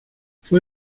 fue